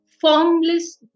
formless